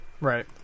Right